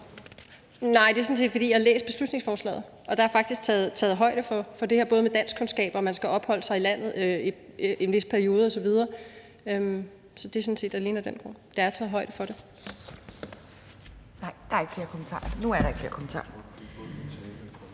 Nej, det er sådan set, fordi jeg har læst beslutningsforslaget, og der er faktisk taget højde for det, både med hensyn til danskkundskaber, og at man skal have opholdt sig i landet i en vis periode osv. Så det er sådan set alene af den grund. Der er taget højde for det.